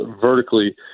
vertically